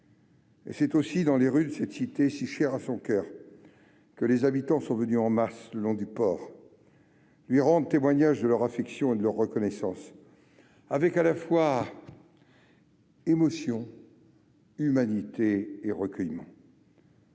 Et c'est aussi dans les rues de cette cité, si chère à son coeur, que les habitants sont venus en masse le long du port lui rendre témoignage de leur affection et de leur reconnaissance, avec émotion, humanité et recueillement.